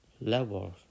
levels